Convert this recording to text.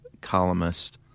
columnist